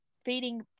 feeding